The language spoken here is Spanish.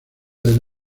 del